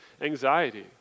anxiety